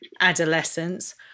adolescence